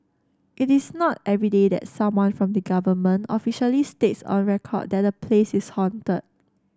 it is not everyday that someone from the government officially states on record that a place is haunted